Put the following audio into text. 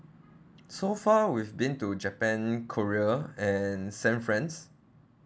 so far we've been to japan korea and san france